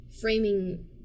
framing